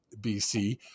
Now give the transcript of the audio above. BC